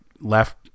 left